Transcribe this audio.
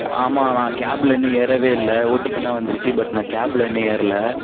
ஆமாம் நான் கேப்பில் இன்னும் ஏறவே இல்லை ஓடிபிலாம் வந்துருச்சு பட் நான் கேப்பில் இன்னும் ஏறலை